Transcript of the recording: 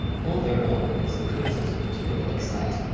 hold their own against the criticism which they will excite,